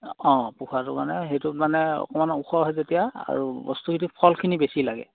অঁ পোখাটো মানে সেইটোত মানে অকণমান ওখ হয় যেতিয়া আৰু বস্তুখিনি ফলখিনি বেছি লাগে